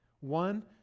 One